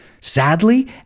sadly